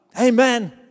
Amen